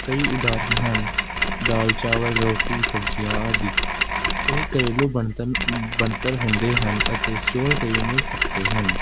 ਕਈ ਉਦਾਹਰਣ ਹਨ ਦਾਲ ਚਾਵਲ ਰੋਟੀ ਸਬਜ਼ੀਆਂ ਆਦਿ ਇਹ ਘਰੇਲੂ ਬਣਤਨ ਬਣਤਰ ਹੁੰਦੇ ਹਨ ਅਤੇ ਸਟੋਰ 'ਤੇ ਵੀ ਮਿਲ ਸਕਦੇ ਹਨ